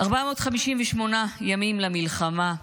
458 ימים למלחמה,